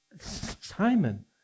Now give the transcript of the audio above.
Simon